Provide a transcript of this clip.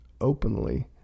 openly